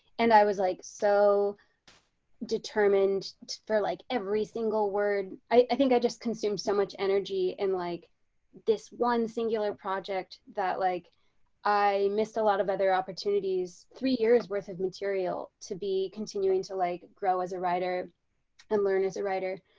and i was like, so determined for like every single word. i think i just consumed so much energy and like this one singular project that like i missed a lot of other opportunities, three years worth of material, to be continuing to like grow as a writer and learn as a writer.